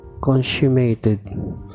consummated